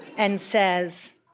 and says,